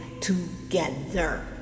together